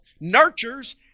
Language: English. nurtures